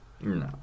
no